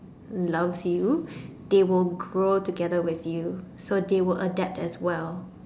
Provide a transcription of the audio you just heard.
loves you they will grow together with you so they will adapt as well